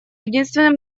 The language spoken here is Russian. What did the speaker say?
единственным